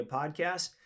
podcast